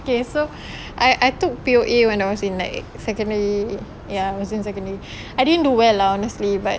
okay so I I took P_O_A when I was in like secondary ya it was in secondary I didn't do well lah honestly but